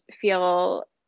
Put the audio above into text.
feel